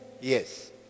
Yes